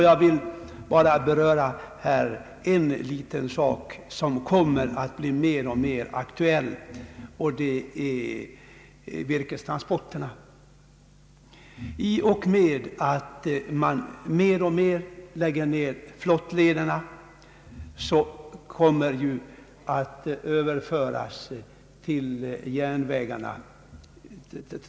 Jag vill här bara beröra ett litet avsnitt som kommer att bli mer och mer aktuellt, nämligen virkestransporterna. I och med att flottlederna undan för undan läggs ned, kommer virkestransporterna att överföras till järnvägarna.